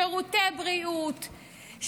שירותי בריאות,